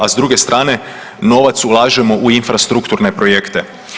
A s druge strane novac ulažemo u infrastrukturne projekte.